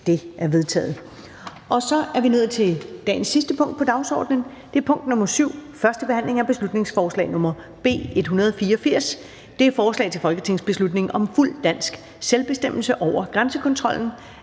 Det er vedtaget. --- Det sidste punkt på dagsordenen er: 7) 1. behandling af beslutningsforslag nr. B 184: Forslag til folketingsbeslutning om fuld dansk selvbestemmelse over grænsekontrollen.